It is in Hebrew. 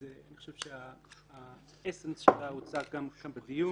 אז אני חושב שעצם השאלה הוצגה גם כאן בדיון.